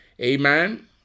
Amen